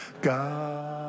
God